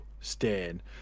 stand